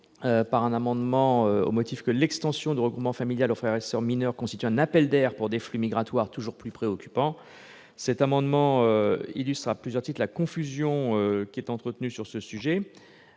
par un amendement au motif que « l'extension du regroupement familial aux frères et soeurs mineurs constituerait un appel d'air pour des flux migratoires toujours plus importants », ce qui illustre à plusieurs titres la confusion entretenue sur ce sujet.